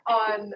on